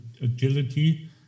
agility